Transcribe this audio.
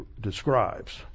describes